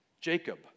Jacob